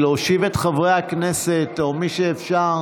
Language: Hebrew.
או מי שאפשר